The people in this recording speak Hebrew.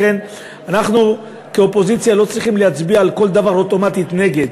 לכן אנחנו כאופוזיציה לא צריכים להצביע על כל דבר אוטומטית נגד.